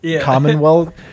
commonwealth